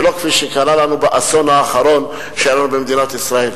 ולא כפי שקרה לנו באסון האחרון שהיה לנו במדינת ישראל.